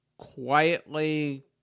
quietly